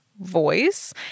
voice